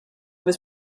was